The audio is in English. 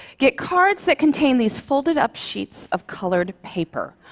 get cards that contain these folded up sheets of colored paper,